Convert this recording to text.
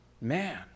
man